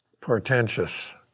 portentous